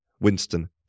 Winston